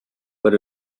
but